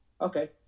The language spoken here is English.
okay